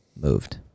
moved